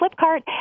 Flipkart